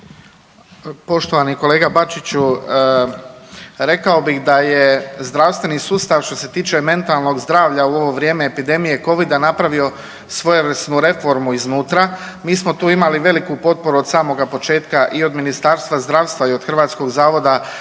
Poštovani kolega Bačiću rekao bih da je zdravstveni sustav što se tiče mentalnog zdravlja u ovo vrijeme epidemije Covid-a napravio svojevrsnu reformu iznutra. Mi smo tu imali veliku potporu od samoga početka i od Ministarstva zdravstva i od Hrvatskog zavoda